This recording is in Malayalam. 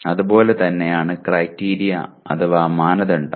അതുപോലെ തന്നെയാണ് ക്രൈറ്റീരിയൻ അഥവാ മാനദണ്ഡം